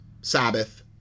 Sabbath